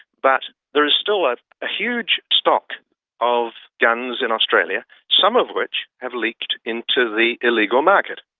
but there is still a huge stock of guns in australia, some of which have leaked into the illegal market,